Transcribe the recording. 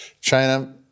china